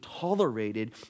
tolerated